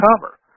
cover